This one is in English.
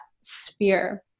sphere